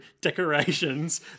decorations